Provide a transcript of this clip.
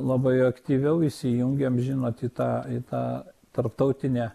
labai aktyviau įsijungiam žinot į tą į tą tarptautinę